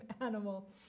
animal